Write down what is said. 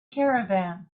caravan